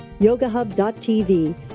yogahub.tv